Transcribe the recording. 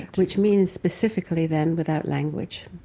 which means specifically then without language.